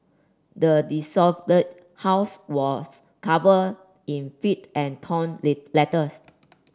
the house was covered in filth and torn Lee letters